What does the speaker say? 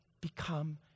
become